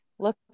look